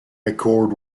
accord